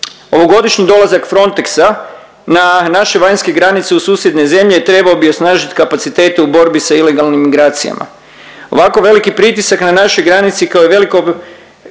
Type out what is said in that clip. Ovogodišnji dolazak Frontexa na naše vanjske granice u susjedne zemlje trebao bi osnažiti kapacitete u borbi sa ilegalnim migracijama. Ovako veliki pritisak na našoj granici kao i veliko,